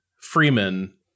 freeman